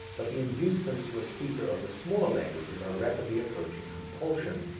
but the inducements to a speaker of the smaller languages are rapidly approaching compulsion.